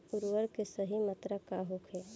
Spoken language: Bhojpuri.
उर्वरक के सही मात्रा का होखे?